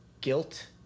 guilt